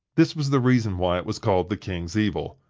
this was the reason why it was called the king's evil.